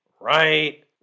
right